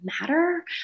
matter